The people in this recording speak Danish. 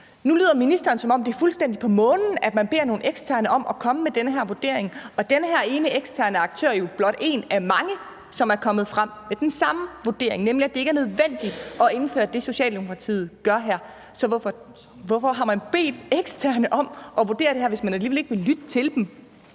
Nu lyder ministeren, som om det er fuldstændig på månen, at man beder nogle eksterne om at komme med den her vurdering. Og den her ene eksterne aktør er jo blot en af mange, som er kommet frem til den samme vurdering, nemlig at det ikke er nødvendigt at indføre det, Socialdemokratiet gør her. Så hvorfor har man bedt eksterne om at vurdere det her, hvis man alligevel ikke vil lytte til dem?